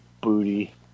booty